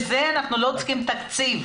לזה אנחנו לא צריכים תקציב.